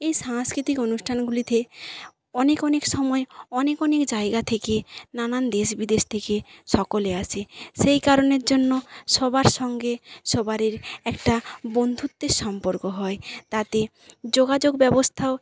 এই সাংস্কৃতিক অনুষ্ঠানগুলিতে অনেক অনেক সময় অনেক অনেক জায়গা থেকে নানান দেশ বিদেশ থেকে সকলে আসে সেই কারণের জন্য সবার সঙ্গে সবারির একটা বন্ধুত্বের সম্পর্ক হয় তাতে যোগাযোগ ব্যবস্থাও